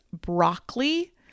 broccoli